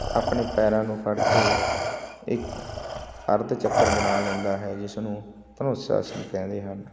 ਆਪਣੇ ਪੈਰਾਂ ਨੂੰ ਫੜ ਕੇ ਇਕ ਅਰਧ ਚੱਕਰ ਬਣਾ ਲੈਂਦਾ ਹੈ ਜਿਸ ਨੂੰ ਧਨੁਸ਼ ਆਸਣ ਕਹਿੰਦੇ ਹਨ